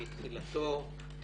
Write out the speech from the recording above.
בתחילתו,